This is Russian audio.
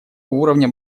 уровня